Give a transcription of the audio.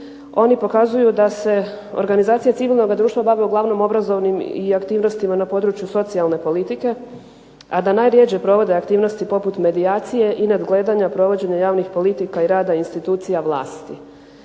Oni pokazuju da se organizacija civilnoga društva bavi uglavnom obrazovnim i aktivnostima na području socijalne politike, a da najrjeđe provode aktivnosti poput medijacije i nadgledanja provođenja javnih politika i rada institucija vlasti,